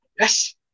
yes